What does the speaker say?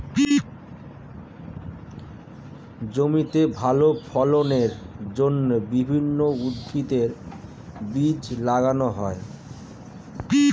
জমিতে ভালো ফলনের জন্য বিভিন্ন উদ্ভিদের বীজ লাগানো হয়